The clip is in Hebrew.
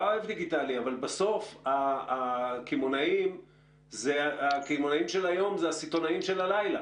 בסוף הקמעונאים של היום הם הסיטונאים של הלילה.